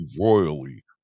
royally